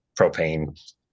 propane